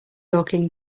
talking